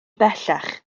bellach